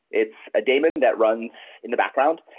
it's a daemon that runs in the background.